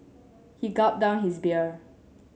he gulped down his beer